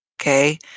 okay